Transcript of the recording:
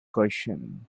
question